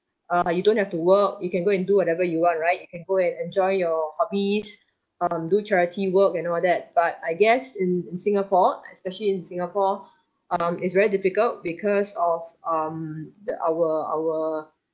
err you don't have to work you can go and do whatever you want right you can go and enjoy your hobbies um do charity work and all that but I guess in in singapore especially in singapore um it's very difficult because of um that our our